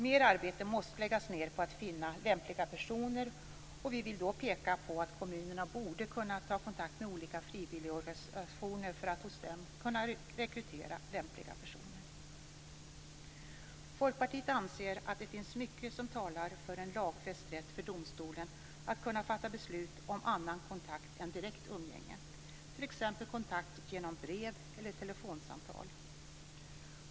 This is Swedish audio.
Mer arbete måste läggas ned på att finna lämpliga personer, och vi vill då peka på att kommunerna borde kunna ta kontakt med olika frivilligorganisationer för att hos dem kunna rekrytera lämpliga personer. Folkpartiet anser att det finns mycket som talar för en lagfäst rätt för domstolen att fatta beslut om annan kontakt än direkt umgänge, t.ex. kontakt genom brev eller telefonsamtal.